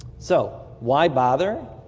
so why bother?